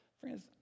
Friends